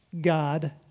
God